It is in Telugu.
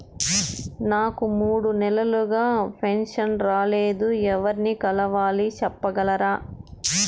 నాకు మూడు నెలలుగా పెన్షన్ రాలేదు ఎవర్ని కలవాలి సెప్పగలరా?